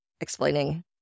explaining